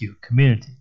community